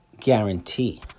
guarantee